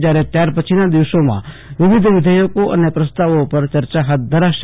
જયારે ત્યાર પછીના દિવસોમાં વિવિધ વિધેયકો અને પ્રસ્તાવો પર યર્યા હાથ ધરાશે